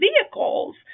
vehicles